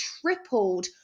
tripled